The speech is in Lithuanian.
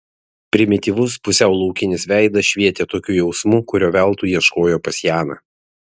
primityvus pusiau laukinis veidas švietė tokiu jausmu kurio veltui ieškojo pas janą